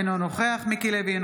אינו נוכח מיקי לוי,